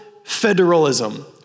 Federalism